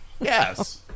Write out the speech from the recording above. Yes